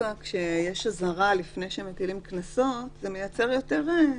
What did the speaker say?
כשיש אזהרה לפני שמטילים קנסות זה מייצר יותר אמון.